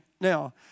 Now